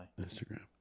Instagram